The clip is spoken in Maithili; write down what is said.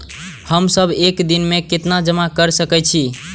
हम सब एक दिन में केतना जमा कर सके छी?